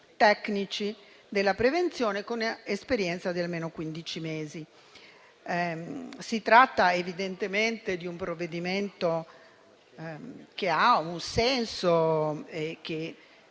tecnici della prevenzione, con esperienza di almeno quindici mesi. Si tratta evidentemente di un provvedimento che ha un senso e che